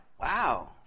Wow